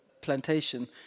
plantation